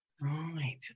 Right